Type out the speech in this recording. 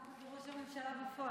מתחת לראש הממשלה בפועל.